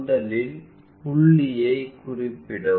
முதலில் புள்ளியை குறிப்பிடவும்